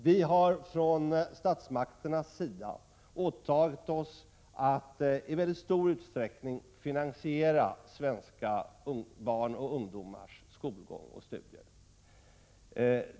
Vi har från statsmakternas sida åtagit oss att i mycket stor utsträckning finansiera svenska barns och ungdomars skolgång och studier.